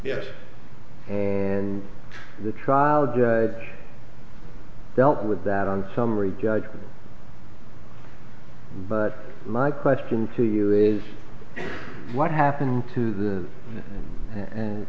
yes and the trial judge dealt with that on summary judgment but my question to you is what happened to the